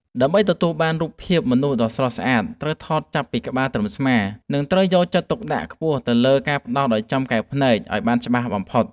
ដើម្បីទទួលបានរូបភាពមនុស្សដ៏ស្រស់ស្អាតត្រូវថតចាប់ពីក្បាលត្រឹមស្មា និង ត្រូវយកចិត្តទុកដាក់ខ្ពស់ទៅលើការផ្ដោតឱ្យចំកែវភ្នែកឱ្យបានច្បាស់បំផុត។